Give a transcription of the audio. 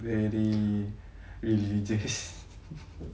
very religious